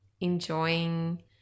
enjoying